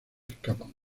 escapan